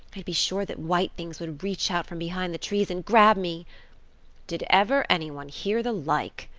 i'd be sure that white things would reach out from behind the trees and grab me did ever anyone hear the like!